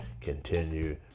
continue